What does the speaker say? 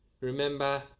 Remember